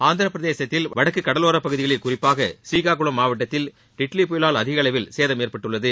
ஆந்திரபிரதேசத்தில் வடக்கு கடலோர பகுதிகளில் குறிப்பாக புரீகாகுளம் மாவட்டத்தில் டிட்லி புயலால் அதிகளவில் சேதம் ஏற்பட்டுள்ளது